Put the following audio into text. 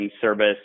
service